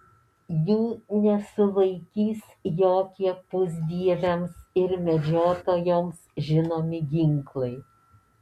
jų nesulaikys jokie pusdieviams ir medžiotojoms žinomi ginklai